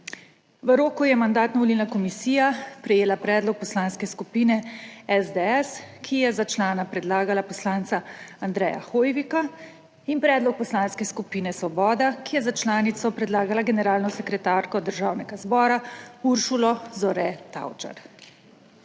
V roku je Mandatno-volilna komisija prejela predlog Poslanske skupine SDS, ki je za člana predlagala poslanca Andreja Hoivika, in predlog Poslanske skupine Svoboda, ki je za članico predlagala generalno sekretarko Državnega zbora Uršulo Zore Tavčar.